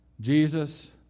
Jesus